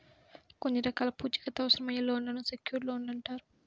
కొన్ని రకాల పూచీకత్తు అవసరమయ్యే లోన్లను సెక్యూర్డ్ లోన్లు అంటారు